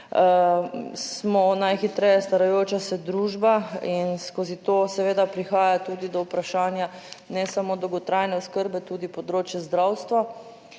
Smo najhitreje starajoča se družba in skozi to seveda prihaja tudi do vprašanja ne samo dolgotrajne oskrbe, tudi področje zdravstva,